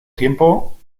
tiempo